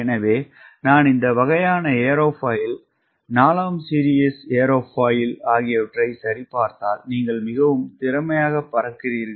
எனவே நான் இந்த வகையான ஏரோஃபைல் 4 சீரிஸ் ஏரோஃபாயில் ஆகியவற்றைச் சரிபார்த்தால் நீங்கள் மிகவும் திறமையாக பறக்கிறீர்கள்